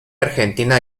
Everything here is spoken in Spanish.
argentina